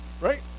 Right